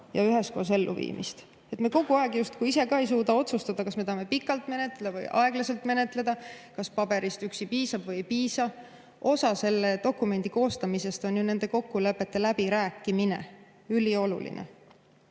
ja üheskoos elluviimist. Me kogu aeg justkui ise ei suuda otsustada, kas me tahame pikalt menetleda või aeglaselt menetleda, kas paberist üksi piisab või ei piisa. Osa selle dokumendi koostamisest on ju nende kokkulepete läbirääkimine, ülioluline.